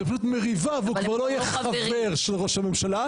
זה פשוט מריבה והוא כבר לא יהיה חבר של ראש הממשלה,